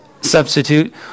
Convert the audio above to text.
substitute